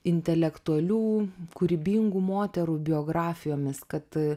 intelektualių kūrybingų moterų biografijomis kad